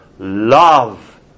Love